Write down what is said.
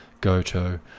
Goto